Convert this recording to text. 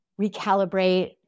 recalibrate